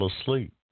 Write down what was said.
asleep